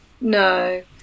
No